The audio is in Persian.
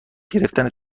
گرفتن